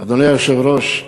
אדוני היושב-ראש,